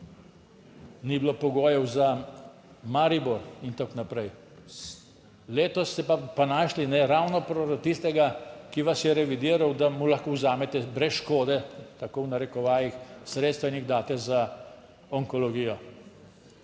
ni bilo pogojev za Maribor in tako naprej, letos ste pa našli ravno tistega, ki vas je revidiral, da mu lahko vzamete brez škode, tako v narekovajih, sredstva in jih daste za onkologijo.